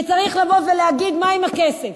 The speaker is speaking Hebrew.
כשצריך לבוא ולהגיד מה עם הכסף.